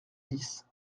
dix